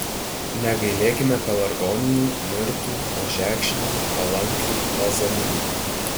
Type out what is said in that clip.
negailėkime pelargonijų mirtų ožekšnių kalankių balzaminų